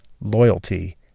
loyalty